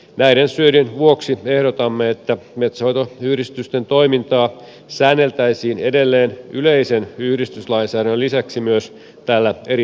näiden syiden vuoksi ehdotamme että metsänhoitoyhdistysten toimintaa säänneltäisiin edelleen yleisen yhdistyslainsäädännön lisäksi tällä erityislailla